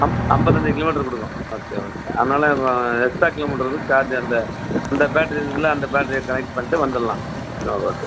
ஐம்பத்து அஞ்சு கிலோமீட்டர் கொடுக்கும் ஓகே ஓகே அதனால் எக்ஸ்ட்ரா கிலோமீட்டர் வந்து சார்ஜ் அந்த அந்த பேட்டரி இருக்குதுல அந்த பேட்டரியை கனெக்ட் பண்ணிவிட்டு வந்துவிடலாம் ஓகே